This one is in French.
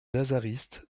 lazaristes